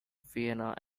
vienna